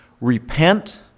Repent